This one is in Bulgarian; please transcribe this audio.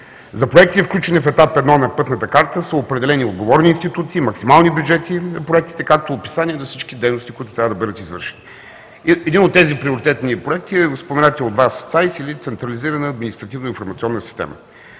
За проекти, включени в Етап 1 на Пътната карта, са определени отговорни институции, максимални бюджети на проектите, както описание на всички дейности, които трябва да бъдат извършени. Един от тези приоритетни проекти е споменатият от Вас ЦАИС, или Централизирана административна информационна система.